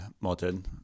modern